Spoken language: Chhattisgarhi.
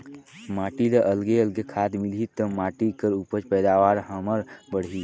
माटी ल अलगे अलगे खाद मिलही त माटी कर उपज पैदावार हमर बड़ही